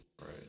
Right